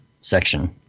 section